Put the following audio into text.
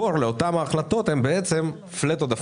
המקור לאותן החלטות הן בעצם פלט עודפים.